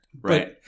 right